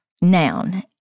Noun